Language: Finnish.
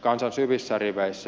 kansan syvissä riveissä